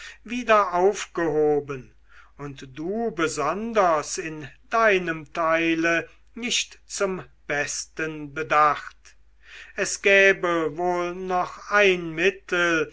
wieder aufgehoben und du besonders in deinem teile nicht zum besten bedacht es gäbe wohl noch ein mittel